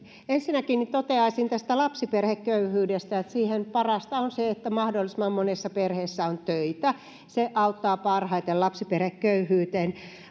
ensinnäkin toteaisin tästä lapsiperheköyhyydestä että siihen parasta on se että mahdollisimman monessa perheessä on töitä se auttaa parhaiten lapsiperheköyhyyteen